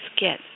get